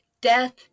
Death